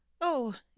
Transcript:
Oh